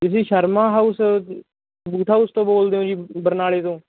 ਤੁਸੀਂ Sharma house boot house ਤੋਂ ਬੋਲਦੇ ਹੋ ਜੀ ਬਰਨਾਲੇ ਤੋਂ